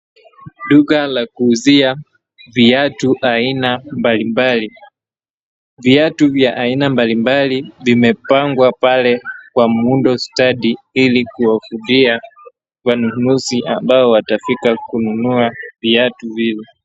Duka la kuuzia viatu aina mbali mbali, viatu vya aina mbali mbali vimepangwa pale kwa muundo stadi ili kuwavutia wanunuzi ambao watafika kununua viatu hivyo.